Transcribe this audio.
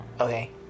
Okay